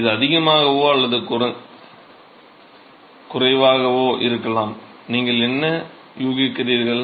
இது அதிகமாகவோ அல்லது குறைவாகவோ இருக்கும் நீங்கள் என்ன யூகிக்கிறீர்கள்